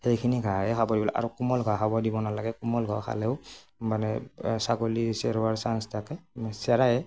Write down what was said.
সেইখিনি ঘাঁহে খাব দিব লাগে আৰু কোমল ঘাঁহ খাব দিব নালাগে কোমল ঘাঁহ খালেও মানে ছাগলী চেৰুৱাৰ চাঞ্চ থাকে চেৰাইয়ে